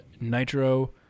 nitro